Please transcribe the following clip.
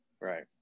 Right